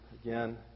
again